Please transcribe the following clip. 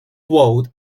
world